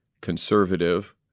conservative